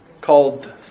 called